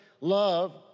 love